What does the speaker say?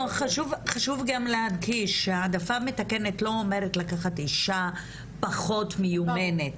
חשוב גם להדגיש שהעדפה מתקנת לא אומרת לקחת אישה פחות מיומנת.